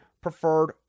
preferred